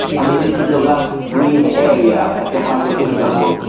this is the last green area at the heart of istanbul.